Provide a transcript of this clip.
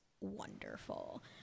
wonderful